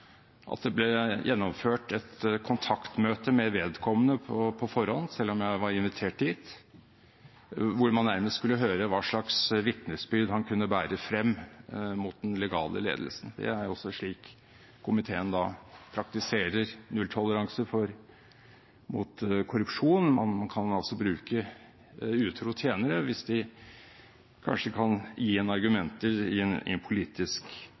at det ble gjennomført et kontaktmøte med vedkommende på forhånd, selv om jeg var invitert dit, hvor man nærmest skulle høre hva slags vitnesbyrd han kunne bære frem mot den legale ledelsen. Det er også slik komiteen praktiserer nulltoleranse mot korrupsjon – man kan altså bruke utro tjenere hvis de kan gi en argumenter i en